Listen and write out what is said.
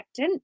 protectant